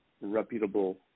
reputable